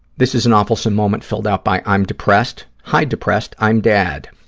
this is an awfulsome moment filled out by i'm depressed. hi, depressed. i'm dad.